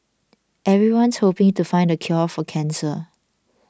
everyone's hoping to find the cure for cancer